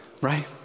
right